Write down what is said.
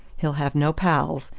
he'll have no pals,